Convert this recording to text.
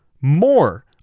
more